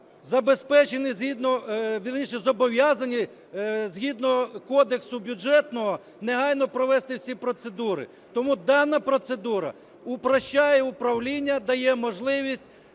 зобов'язані згідно кодексу бюджетного негайно провести всі процедури. Тому дана процедура упрощает управління дає можливість